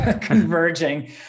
converging